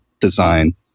design